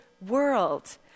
world